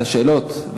על השאלות,